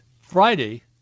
Friday